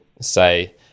say